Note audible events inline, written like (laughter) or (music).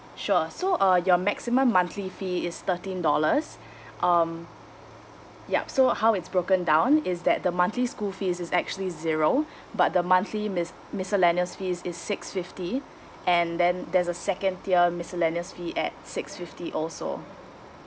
sure so uh your maximum monthly fee is thirteen dollars (breath) um yup so how it's broken down is that the monthly school fees is actually zero (breath) but the monthly mis~ miscellaneous fee is is six fifty (breath) and then there's a second tier miscellaneous fee at six fifty also